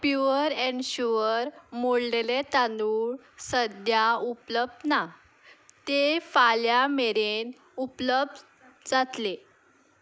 pure and sure मोडले तांदूळ सद्या उपलब्द ना तें फाल्यां मेरेन उपलब्द जातलें